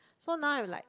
so now I'm like